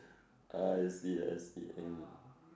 I see I see mm